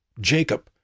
Jacob